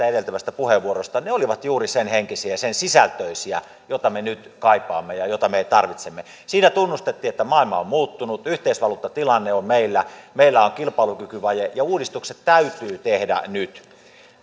edeltävästä puheenvuorosta ne olivat juuri sen henkisiä ja sen sisältöisiä joita me nyt kaipaamme ja joita me tarvitsemme siinä tunnustettiin että maailma on muuttunut yhteisvaluuttatilanne on meillä meillä on kilpailukykyvaje ja uudistukset täytyy tehdä nyt